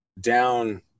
down